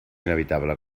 inevitable